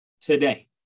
today